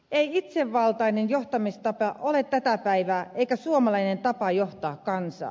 ei itsevaltainen johtamistapa ole tätä päivää eikä suomalainen tapa johtaa kansaa